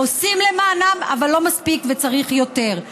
עושים למענם, אבל לא מספיק, וצריך יותר.